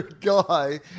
guy